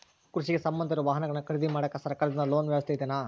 ಕೃಷಿಗೆ ಸಂಬಂಧ ಇರೊ ವಾಹನಗಳನ್ನು ಖರೇದಿ ಮಾಡಾಕ ಸರಕಾರದಿಂದ ಲೋನ್ ವ್ಯವಸ್ಥೆ ಇದೆನಾ?